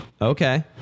Okay